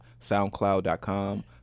soundcloud.com